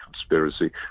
conspiracy